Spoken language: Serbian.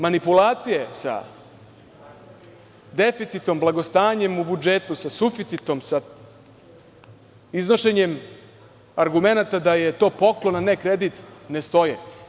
Manipulacije sa deficitom, blagostanjem u budžetu, sa suficitom, sa iznošenjem argumenata da je to poklon, a ne kredit ne stoje.